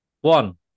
One